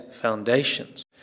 foundations